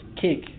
kick